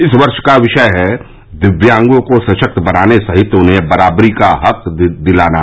इस वर्ष का विषय है दिव्यांगों को सशक्त बनाने सहित उन्हें बराबरी का हक दिलाना